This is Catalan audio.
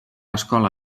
escola